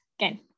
again